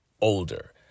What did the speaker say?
older